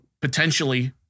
potentially